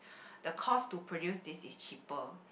the cost to produce this is cheaper